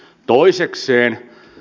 toisekseen